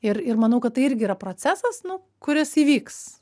ir ir manau kad tai irgi yra procesas nu kuris įvyks